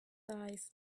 eyes